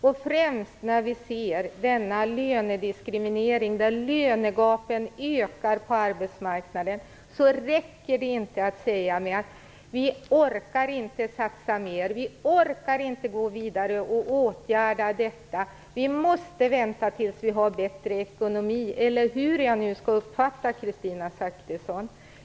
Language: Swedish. I synnerhet när vi ser denna lönediskriminering där lönegapen på arbetsmarknaden ökar räcker det inte med att säga att vi inte orkar satsa mer för att åtgärda detta och att vi måste vänta tills vi får bättre ekonomi, eller hur jag nu skall uppfatta Kristina Zakrisson.